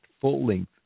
full-length